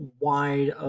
wide